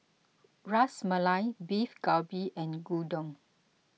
Ras Malai Beef Galbi and Gyudon